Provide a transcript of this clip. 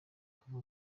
kuva